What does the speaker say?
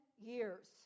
years